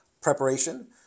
preparation